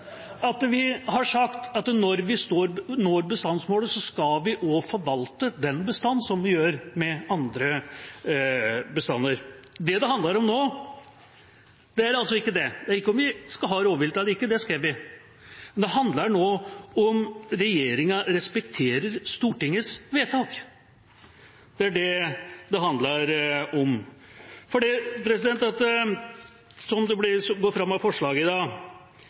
får vi ja… – jammen, kan jeg vel si – stå ved at vi har sagt at når vi når bestandsmålet, skal vi også forvalte den bestanden, som vi gjør med andre bestander. Det det handler om nå, er ikke om vi skal ha rovvilt eller ikke – det skal vi – men om regjeringa respekterer Stortingets vedtak. Det er det det handler om. Som det går fram av forslaget i dag: